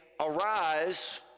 Arise